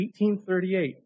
1838